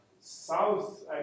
south